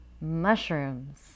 mushrooms